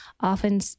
often